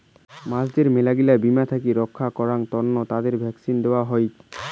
মাছদের মেলাগিলা বীমার থাকি রক্ষা করাং তন্ন তাদের ভ্যাকসিন দেওয়ত হই